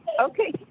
Okay